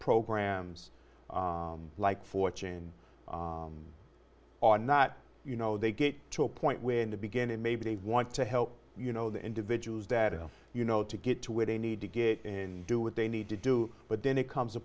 programs like fortune or not you know they get to a point where in the beginning maybe they want to help you know the individuals that if you know to get to where they need to get and do what they need to do but then it comes a